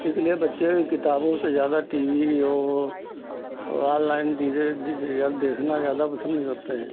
इसलिए बच्चे किताबों से ज़्यादा टी वी और और ऑनलाइन चीज़ें देखना ज़्यादा पसन्द करते हैं